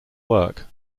work